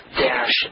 dash